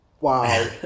wow